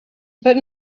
but